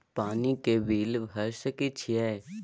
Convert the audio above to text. पानी के बिल भर सके छियै?